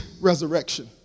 resurrection